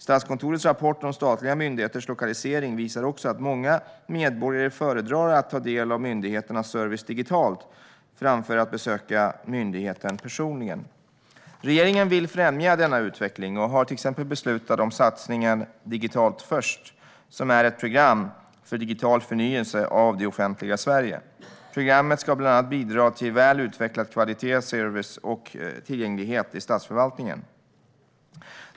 Statskontorets rapport om statliga myndigheters lokalisering visar också att många medborgare föredrar att ta del av myndigheternas service digitalt framför att besöka myndigheten personligen. Regeringen vill främja denna utveckling och har till exempel beslutat om satsningen Digitalt först, som är ett program för digital förnyelse av det offentliga Sverige. Programmet ska bland annat bidra till väl utvecklad kvalitet, service och tillgänglighet i statsförvaltningen.